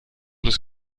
des